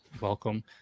Welcome